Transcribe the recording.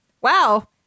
wow